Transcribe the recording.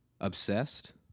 Obsessed